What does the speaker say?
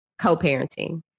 co-parenting